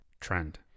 Trend